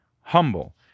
humble